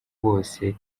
bose